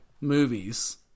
movies